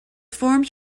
formed